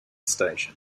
station